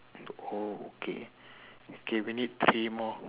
oh okay okay we need three more